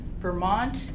Vermont